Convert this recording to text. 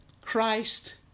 Christ